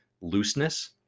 looseness